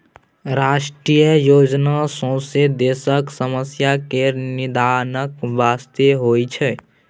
राष्ट्रीय योजना सौंसे देशक समस्या केर निदानक बास्ते होइ छै